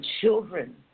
children